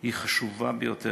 היא חשובה ביותר,